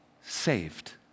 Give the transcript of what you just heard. saved